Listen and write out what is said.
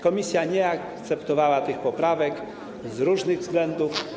Komisja nie zaakceptowała tych poprawek z różnych względów.